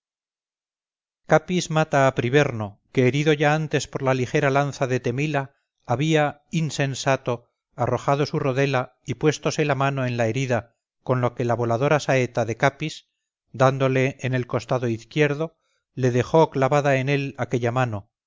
capis mata a priverno que herido ya antes por la ligera lanza de temila había insensato arrojado su rodela y puéstose la mano en la herida con lo que la voladora saeta de capis dándole en el costado izquierdo le dejó clavada en él aquella mano